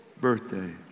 birthday